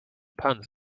puns